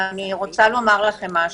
ואני רוצה לומר לכם משהו.